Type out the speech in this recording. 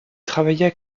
travailla